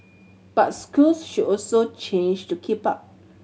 but schools should also change to keep up